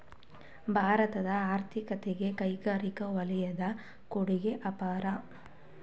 ಭಾರತದ ಆರ್ಥಿಕತೆಗೆ ಕೈಗಾರಿಕಾ ವಲಯದ ಕೊಡುಗೆ ಅಪಾರ